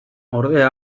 ordea